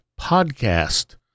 Podcast